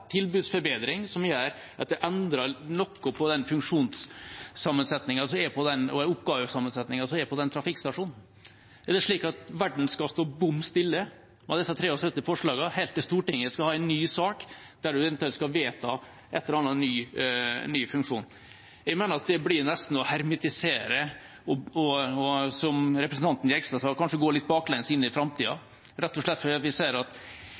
tilbudsforbedring som gjør at det endrer noe på den funksjons- og oppgavesammensetningen som er på den trafikkstasjonen? Er det slik at verden skal stå bom stille med disse 73 forslagene helt til Stortinget skal ha en ny sak der man eventuelt skal vedta en eller annen ny funksjon? Jeg mener det blir nesten å hermetisere og, som representanten Jegstad sa, kanskje gå litt baklengs inn i framtida, rett og slett fordi vi ser at